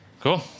Cool